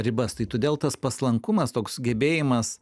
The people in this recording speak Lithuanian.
ribas tai todėl tas paslankumas toks gebėjimas